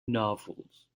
novels